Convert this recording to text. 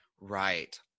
right